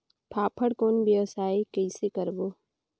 फाफण कौन व्यवसाय कइसे करबो?